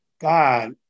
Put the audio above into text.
God